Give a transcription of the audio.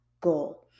goal